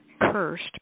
cursed